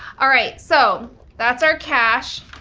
all right, so that's our cash.